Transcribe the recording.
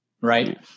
right